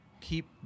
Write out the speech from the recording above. keep